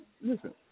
Listen